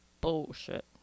bullshit